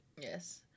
Yes